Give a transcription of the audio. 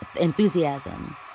enthusiasm